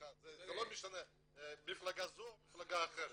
זה לא משנה אם מפלגה זו או אחרת.